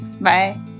Bye